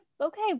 Okay